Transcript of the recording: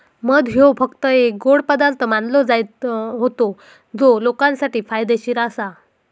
मध ह्यो फक्त एक गोड पदार्थ मानलो जायत होतो जो लोकांसाठी फायदेशीर आसा